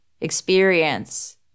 experience